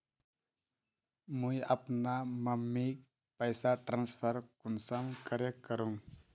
मुई अपना मम्मीक पैसा ट्रांसफर कुंसम करे करूम?